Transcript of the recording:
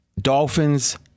Dolphins